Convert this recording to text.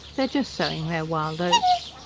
they're just sowing their wild oats.